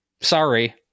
Sorry